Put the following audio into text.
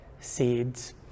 seeds